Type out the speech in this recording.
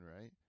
right